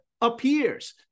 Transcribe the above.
appears